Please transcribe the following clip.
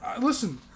Listen